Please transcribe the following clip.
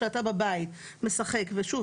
כשאתה בבית משחק ושוב,